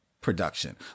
production